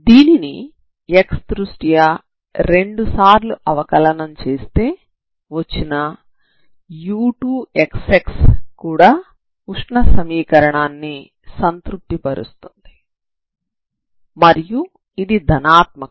దీనిని x దృష్ట్యా రెండుసార్లు అవకలనం చేస్తే వచ్చిన u2xx కూడా ఉష్ణ సమీకరణాన్ని సంతృప్తి పరుస్తుంది మరియు ఇది ధనాత్మకం